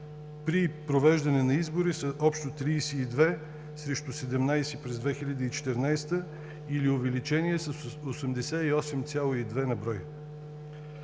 при провеждане на изборите са общо 32 срещу 17 през 2014 г., или увеличение с 88,2.